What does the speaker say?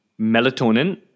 melatonin